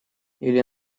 или